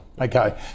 Okay